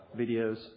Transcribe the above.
videos